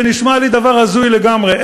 זה נשמע לי דבר הזוי לגמרי.